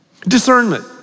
Discernment